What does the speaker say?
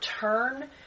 turn